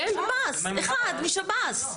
אחד משב"ס.